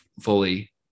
fully